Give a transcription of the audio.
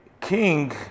king